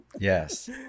Yes